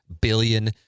billion